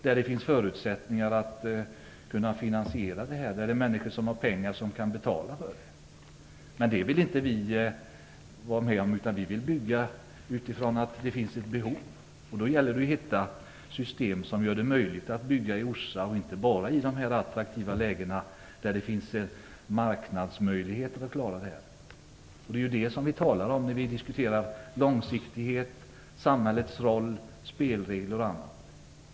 Där finns förutsättningar, därför att det finns människor som har pengar och kan betala för det. Vi vill bygga utifrån att det finns ett behov, och då gäller det att hitta system som gör det möjligt att bygga i Orsa och inte bara i de attraktiva lägena, där det finns marknadsmässiga möjligheter att göra det. Det är det vi talar om när vi diskuterar långsiktighet, samhällets roll, spelregler och annat.